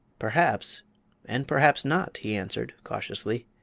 perhaps and perhaps not, he answered, cautiously.